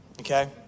okay